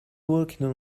working